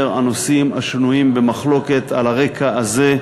הנושאים השנויים במחלוקת על רקע הזה,